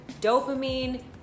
dopamine